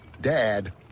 Dad